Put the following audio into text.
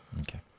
Okay